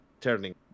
turning